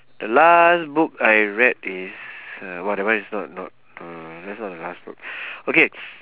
the last book I read is uh what ah that one is not not the that's not the last book okay